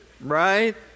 Right